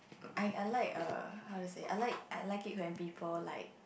I I like err how to say I like I like it when people like